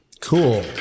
Cool